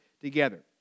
together